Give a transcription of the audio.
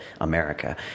America